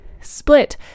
split